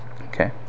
Okay